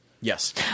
Yes